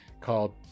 called